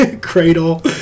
cradle